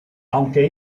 aunque